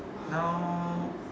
now